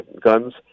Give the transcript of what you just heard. guns